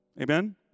Amen